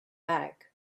bag